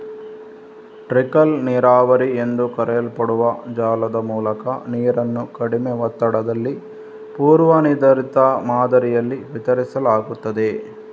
trickle ನೀರಾವರಿ ಎಂದು ಕರೆಯಲ್ಪಡುವ ಜಾಲದ ಮೂಲಕ ನೀರನ್ನು ಕಡಿಮೆ ಒತ್ತಡದಲ್ಲಿ ಪೂರ್ವ ನಿರ್ಧರಿತ ಮಾದರಿಯಲ್ಲಿ ವಿತರಿಸಲಾಗುತ್ತದೆ